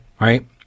right